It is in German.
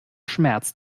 schmerz